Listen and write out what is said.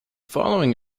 following